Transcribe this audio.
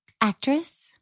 actress